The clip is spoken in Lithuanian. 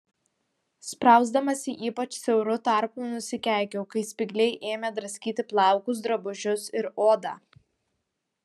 sprausdamasi ypač siauru tarpu nusikeikiau kai spygliai ėmė draskyti plaukus drabužius ir odą